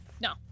No